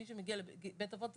מי שמגיע לבית אבות,